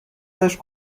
بهش